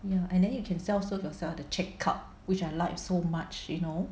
mm and then you can self serve yourself ah the check out which I like so much you know